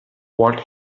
what